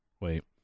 wait